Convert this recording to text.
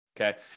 okay